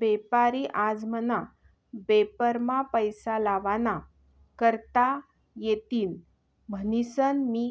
बेपारी आज मना बेपारमा पैसा लावा ना करता येतीन म्हनीसन मी